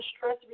stress